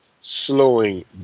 slowing